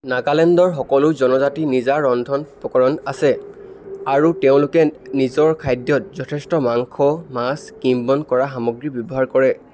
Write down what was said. নাগালেণ্ডৰ সকলো জনজাতিৰ নিজা ৰন্ধন প্ৰকৰণ আছে আৰু তেওঁলোকে নিজৰ খাদ্যত যথেষ্ট মাংস মাছ কিম্বন কৰা সামগ্ৰী ব্যৱহাৰ কৰে